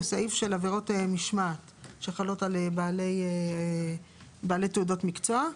סעיף של עבירות משמעת שחלות על בעלי תעודות מקצוע,